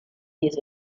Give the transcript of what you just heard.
días